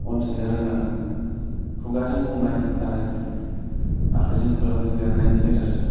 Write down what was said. अनसायनो रोंनांगोन खुगाजों बुंनाय आरो आखाइजों खोलोमजों लिरनायनि गेजेरजों